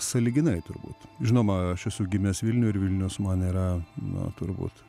sąlyginai turbūt žinoma aš esu gimęs vilniuj ir vilnius man yra na turbūt